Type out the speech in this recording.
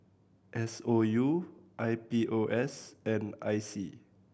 S O U I P O S and I C